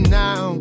now